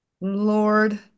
Lord